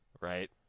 right